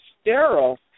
sterile